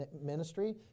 ministry